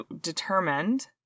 determined